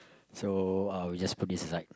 so uh we just put this aside